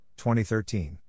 2013